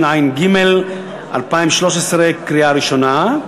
קריאה ראשונה,